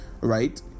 right